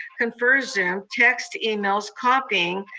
conferzoom, text, emails, copying,